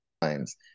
times